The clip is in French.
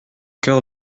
cœur